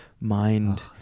mind